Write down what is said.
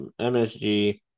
MSG